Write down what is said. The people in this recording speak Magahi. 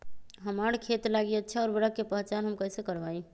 हमार खेत लागी अच्छा उर्वरक के पहचान हम कैसे करवाई?